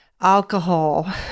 alcohol